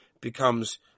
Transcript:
becomes